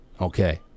Okay